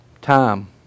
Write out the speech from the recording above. Time